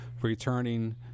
returning